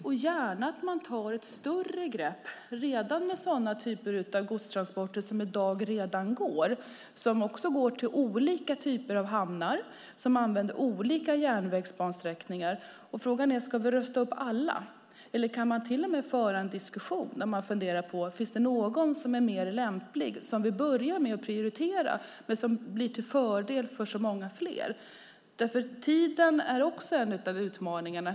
Jag ser gärna att man tar ett större grepp när det gäller sådana typer av godstransporter som i dag redan sker och som går till olika typer av hamnar och använder olika bansträckningar. Frågan är: Ska vi rusta upp alla? Eller kan vi föra en diskussion om det finns någon som är mer lämplig, som vi prioriterar och som blir till fördel för så många fler? Tiden är också en av utmaningarna.